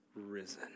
risen